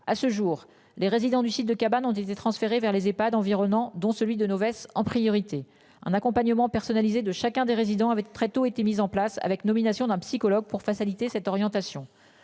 À ce jour, les résidents du site de cabanes ont disait transférés vers les EPHAD environnants, dont celui de nos en priorité un accompagnement personnalisé de chacun des résidents avec très tôt été mises en place avec nomination d'un psychologue pour faciliter cette orientation.